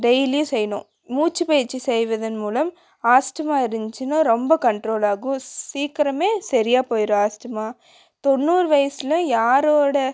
டெயிலியும் செய்யணும் மூச்சு பயிற்சி செய்வதன் மூலம் ஆஸ்த்துமா இருந்துச்சின்னா ரொம்ப கண்ட்ரோலாக ஆகும் சீக்கிரமே சரியா போயிடும் ஆஸ்த்துமா தொண்ணூறு வயசுலேயும் யாரோட